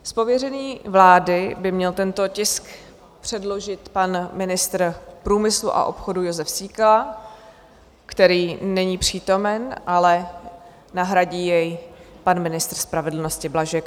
Z pověření vlády by měl tento tisk předložit pan ministr průmyslu a obchodu Jozef Síkela, který není přítomen, ale nahradí jej pan ministr spravedlnosti Blažek.